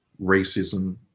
racism